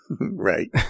Right